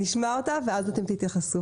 נשמע אותה ואז אתם תתייחסו.